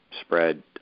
spread